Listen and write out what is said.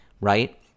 right